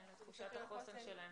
כן, לתחושת החוסן שלהם.